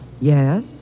Yes